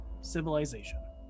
civilization